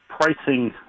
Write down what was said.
pricing